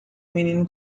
menino